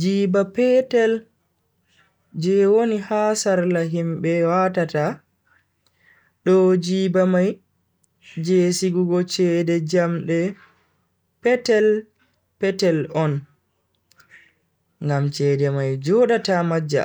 Jiba petel-petel je woni ha sarla himbe watata do jiba mai je sigugo cede jamde petel-petel on ngam chede mai joda ta majja.